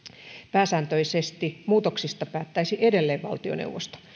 pääsääntöisesti muutoksista päättäisi edelleen valtioneuvosto